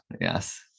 Yes